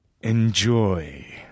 Enjoy